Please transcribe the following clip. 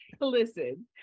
listen